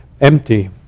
empty